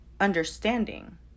understanding